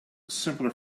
simpler